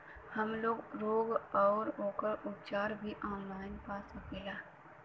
हमलोग रोग अउर ओकर उपचार भी ऑनलाइन पा सकीला?